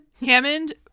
hammond